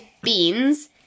beans